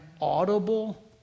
audible